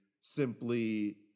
simply